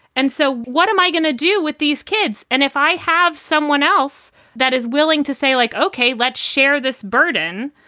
and so what am i going to do with these kids? and if i have someone else that is willing to say, like, ok, let's share this burden,